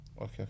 Okay